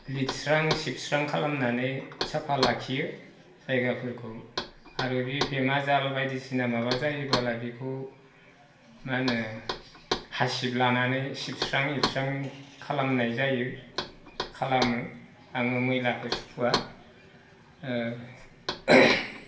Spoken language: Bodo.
लिरस्रां सिबस्रां खालामनानै साफा लाखियो जायगाफोरखौ आरो बे बेमा जाल बायदिसिना माबा जायोब्ला बेखौ मा होनो हासिब लानानै सिबस्रां लिरस्रां खालामनाय जायो खालामो आङो मैलाखो सुखुवा